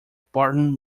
barton